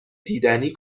دیدنی